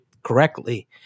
correctly